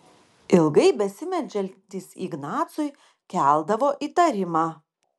ilgai besimeldžiantys ignacui keldavo įtarimą